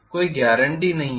कोई गारंटी नहीं है